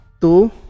Two